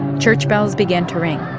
church bells began to ring,